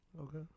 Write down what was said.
Okay